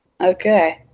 Okay